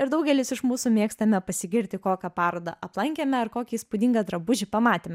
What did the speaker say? ir daugelis iš mūsų mėgstame pasigirti kokią parodą aplankėme ar kokį įspūdingą drabužį pamatėme